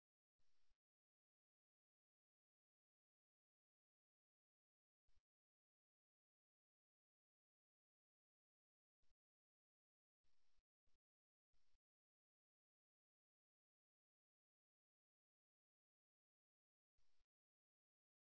ஆனால் நான் என் கால்களைக் கடந்து செல்வதை நீங்கள் கவனித்தால் நீங்கள் என் ஆர்வத்தை இழந்திருக்கலாம்